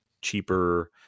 cheaper